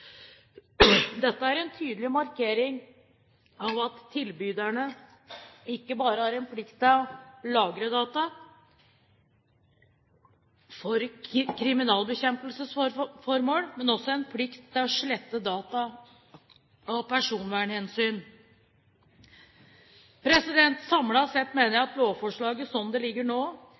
Dette er en tydelig markering av at tilbyderne ikke bare har en plikt til å lagre data for kriminalitetsbekjempelsesformål, men også en plikt til å slette data av personvernhensyn. Samlet sett mener jeg at lovforslaget, slik det ligger nå,